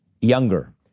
younger